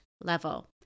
level